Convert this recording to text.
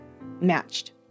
matched